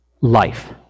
life